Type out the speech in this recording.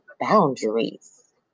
boundaries